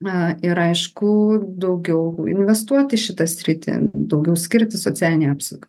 na ir aišku daugiau investuoti į šitą sritį daugiau skirti socialiniai